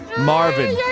Marvin